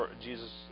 Jesus